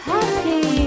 Happy